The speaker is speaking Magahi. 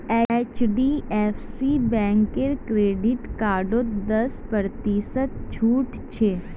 एचडीएफसी बैंकेर क्रेडिट कार्डत दस प्रतिशत छूट छ